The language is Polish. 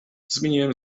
zmieniłem